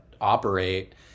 operate